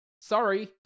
sorry